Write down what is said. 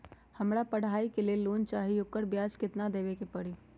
हमरा पढ़ाई के लेल लोन चाहि, ओकर ब्याज केतना दबे के परी?